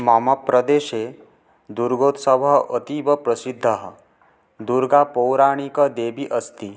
मम प्रदेशे दुर्गोत्सवः अतीव प्रसिद्धः दुर्गा पौराणिकदेवी अस्ति